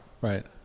Right